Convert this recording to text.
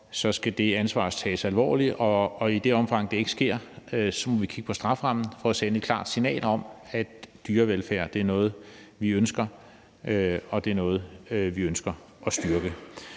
skal det ansvar tages alvorligt, og i det omfang, det ikke sker, må vi kigge på strafferammen for at sende et klart signal om, at dyrevelfærd er noget, vi ønsker, og noget, vi ønsker at styrke.